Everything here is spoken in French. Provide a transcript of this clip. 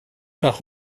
par